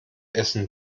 essen